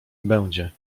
będzie